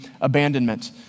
abandonment